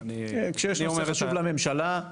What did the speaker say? כשיש נושא חשוב לממשלה,